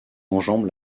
enjambe